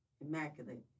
immaculate